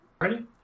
Ready